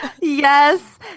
Yes